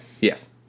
yes